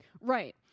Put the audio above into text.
Right